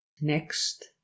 Next